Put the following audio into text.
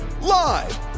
Live